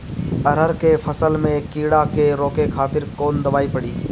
अरहर के फसल में कीड़ा के रोके खातिर कौन दवाई पड़ी?